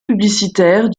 publicitaire